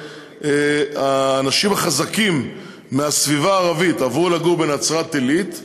האנשים החזקים מהסביבה הערבית עברו לגור בנצרת-עילית,